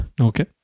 Okay